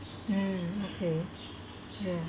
mm okay ya